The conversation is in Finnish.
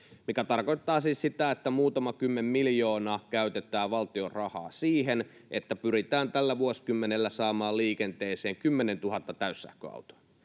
mikä tarkoittaa siis sitä, että muutama kymmenen miljoonaa käytetään valtion rahaa siihen, että pyritään tällä vuosikymmenellä saamaan liikenteeseen 10 000 täyssähköautoa.